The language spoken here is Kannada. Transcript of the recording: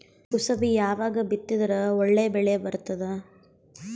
ಕುಸಬಿ ಯಾವಾಗ ಬಿತ್ತಿದರ ಒಳ್ಳೆ ಬೆಲೆ ಬರತದ?